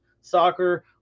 soccer